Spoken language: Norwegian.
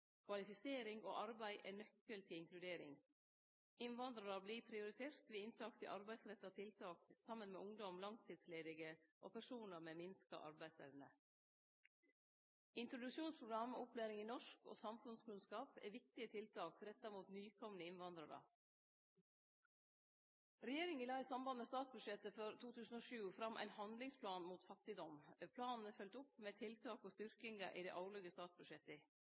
Kvalifisering og arbeid er nøkkelen til inkludering. Innvandrarar vert prioriterte ved inntak til arbeidsretta tiltak saman med ungdom, langtidsledige og personar med minska arbeidsevne. Introduksjonsprogram og opplæring i norsk og samfunnskunnskap er viktige tiltak retta mot nykomne innvandrarar. Regjeringa la i samband med statsbudsjettet for 2007 fram ein handlingsplan mot fattigdom. Planen er følgt opp med tiltak og styrkingar i dei årlege